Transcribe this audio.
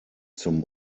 zum